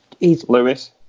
Lewis